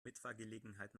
mitfahrgelegenheit